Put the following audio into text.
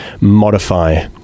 modify